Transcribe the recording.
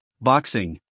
boxing